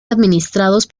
administradas